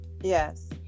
Yes